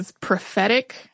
prophetic